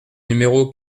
numéro